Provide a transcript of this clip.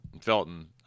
Felton